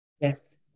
Yes